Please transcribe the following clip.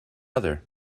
other